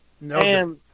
no